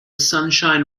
sunshine